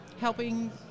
helping